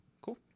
Cool